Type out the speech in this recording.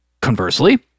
Conversely